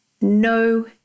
no